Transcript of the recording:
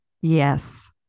Yes